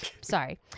Sorry